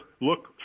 look